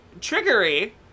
trickery